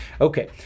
Okay